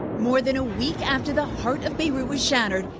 more than a week after the heart of beirut was shattered,